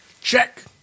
Check